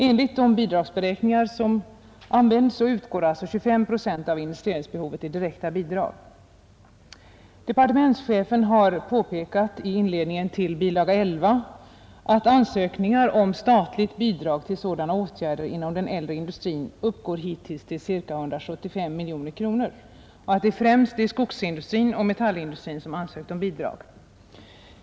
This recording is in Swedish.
Enligt bidragsberäkningarna utgår 25 procent av investeringsbehovet i direkta bidrag. Departementscheren säger i inledningen till bilaga 11 att ansökningarna om statligt bidrag till sådana åtgärder inom den äldre industrin hittills uppgår till ca 175 miljoner kronor. Det är främst skogsindustrin och metallindustrin som ansökt om bidrag.